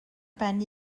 ben